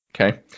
Okay